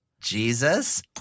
Jesus